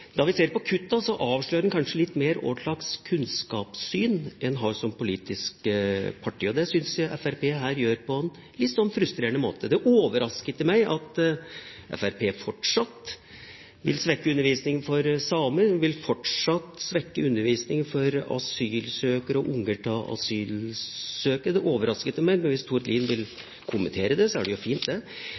Når vi ser på kuttene, avslører en kanskje litt mer hva slags kunnskapssyn en har som politisk parti. Det synes jeg Fremskrittspartiet her gjør på en litt frustrerende måte. Det overrasker ikke meg at Fremskrittspartiet fortsatt vil svekke undervisningen for samer, og fortsatt vil svekke undervisningen for asylsøkere og ungene til asylsøkere. Det overrasker ikke meg. Hvis Tord Lien vil kommentere det, er det fint. Det